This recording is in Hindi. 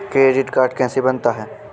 क्रेडिट कार्ड कैसे बनता है?